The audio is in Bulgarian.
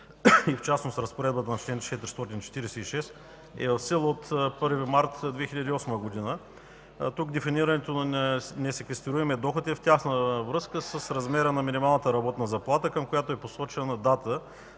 и в частност разпоредбата на чл. 446 е в сила от 1 март 2008 г. Тук дефинирането на несеквестируемия доход е в тясна връзка с размера на минималната работна заплата, към която е посочена дата